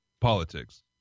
politics